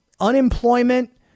unemployment